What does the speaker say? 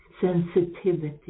sensitivity